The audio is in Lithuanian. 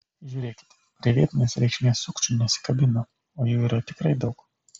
žiūrėkite prie vietinės reikšmės sukčių nesikabina o jų yra tikrai daug